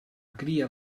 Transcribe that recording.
cria